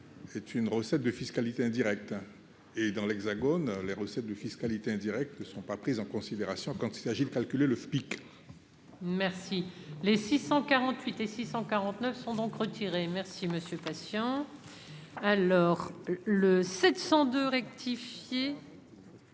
est une recette de fiscalité indirecte et dans l'Hexagone, les recettes de fiscalité indirecte ne sont pas prises en considération quand il s'agit de calculer le flic. Merci les 648 et 649 sont donc retirés merci Monsieur patients alors le 700 de rectifier